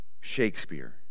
Shakespeare